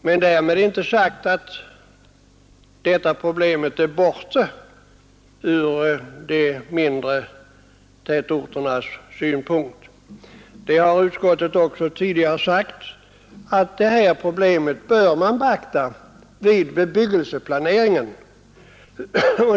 Men därmed är inte sagt att detta problem är borta från de mindre tätorternas synpunkt. Utskottet har också tidigare sagt att man bör beakta det vid bebyggelseplaneringen.